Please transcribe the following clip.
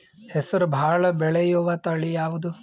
ಹೆಸರು ಭಾಳ ಬೆಳೆಯುವತಳಿ ಯಾವದು?